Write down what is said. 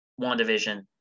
WandaVision